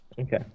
Okay